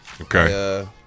Okay